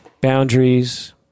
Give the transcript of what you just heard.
boundaries